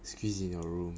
squeeze in your room